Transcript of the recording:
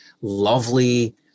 lovely